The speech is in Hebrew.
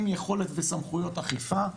עם יכולת וסמכויות אכיפה,